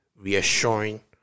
reassuring